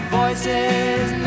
voices